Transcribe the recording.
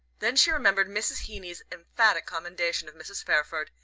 then she remembered mrs. heeny's emphatic commendation of mrs. fairford,